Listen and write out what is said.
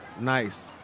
nice.